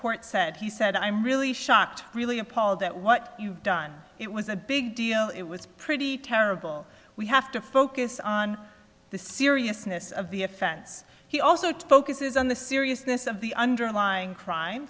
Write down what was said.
court said he said i'm really shocked really appalled at what you've done it was a big deal it was pretty terrible we have to focus on the seriousness of the offense he also token says and the seriousness of the underlying crime